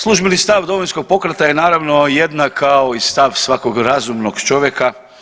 Službeni stav Domovinskog pokreta je naravno jednak kao i stav svakog razumnog čovjeka.